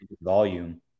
volume